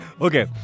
Okay